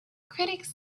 critics